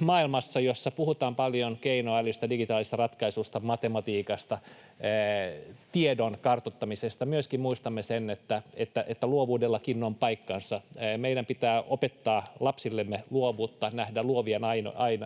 maailmassa, jossa puhutaan paljon keinoälystä, digitaalisista ratkaisuista, matematiikasta, tiedon kartuttamisesta, myöskin muistamme sen, että luovuudellakin on paikkansa. Meidän pitää opettaa lapsillemme luovuutta, nähdä luovien